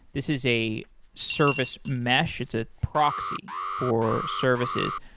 this is a service mesh. it's a proxy for services.